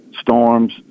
storms